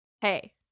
Hey